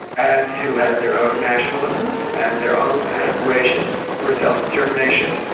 and who had their own nationalisms, and their own aspirations for a self-determination.